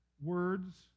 words